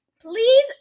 Please